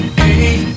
hey